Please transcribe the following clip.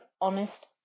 honest